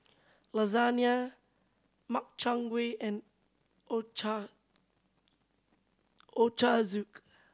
Lasagne Makchang Gui and